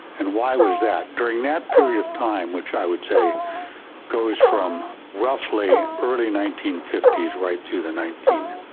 and why was that? during that period of time, which i would say goes from roughly early nineteen fifty s right to the nineteen.